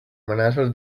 amenaces